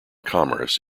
commerce